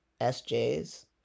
SJs